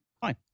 fine